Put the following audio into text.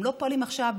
הן לא פועלות עכשיו,